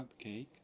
cupcake